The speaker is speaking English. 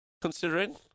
considering